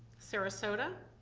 sarasota,